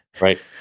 Right